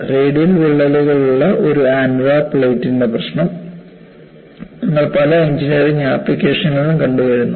radial വിള്ളലുകളുള്ള ഒരു annular പ്ലേറ്റിന്റെ പ്രശ്നം നിങ്ങൾ പല എഞ്ചിനീയറിംഗ് ആപ്ലിക്കേഷനുകളിലും കണ്ടുവരുന്നു